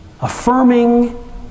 affirming